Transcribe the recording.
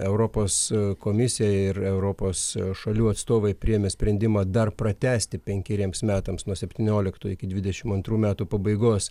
europos komisija ir europos šalių atstovai priėmė sprendimą dar pratęsti penkeriems metams nuo septynioliktų iki dvidešimt antrų metų pabaigos